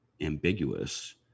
ambiguous